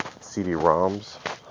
CD-ROMs